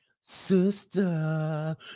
sister